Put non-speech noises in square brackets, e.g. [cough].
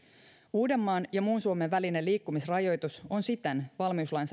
uudenmaan ja muun suomen välinen liikkumisrajoitus on siten valmiuslain [unintelligible]